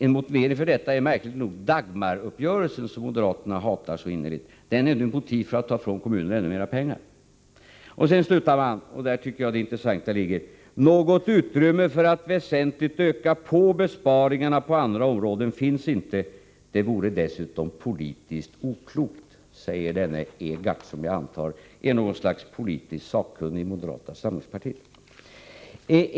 En motivering för detta är märkligt nog Dagmaruppgörelsen, som moderaterna hatar så innerligt. Den är nu motiv för att ta ifrån kommunerna ännu mer pengar. Och sedan slutar man — och där tycker jag det intressanta ligger: ”Något utrymme för att väsentligt öka på besparingarna på andra områden finns inte. Det vore dessutom politiskt oklokt.” Det säger denne Egardt, som jag antar är något slags politiskt sakkunnig inom moderata samlingspartiet.